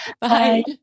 Bye